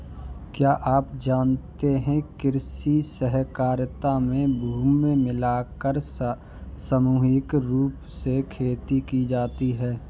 क्या आप जानते है कृषि सहकारिता में भूमि मिलाकर सामूहिक रूप से खेती की जाती है?